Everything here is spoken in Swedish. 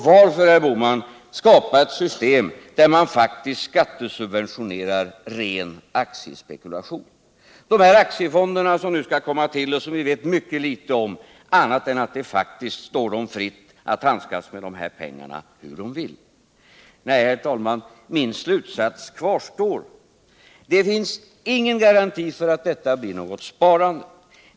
Varför, herr Bohman, skall man skapa ett system där man faktiskt skattesubventionerar ren aktiespekulation? Vi vet mycket litet om de aktiefonder som nu skall komma, inte annat än att det faktiskt står dem fritt att handskas hur de vill med dessa pengar. Nej, herr talman, min slutsats kvarstår: Det finns ingen garanti för att det blir något sparande.